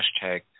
hashtag